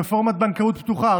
רפורמת בנקאות פתוחה,